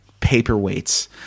paperweights